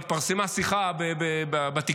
התפרסמה שיחה בתקשורת,